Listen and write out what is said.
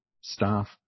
staff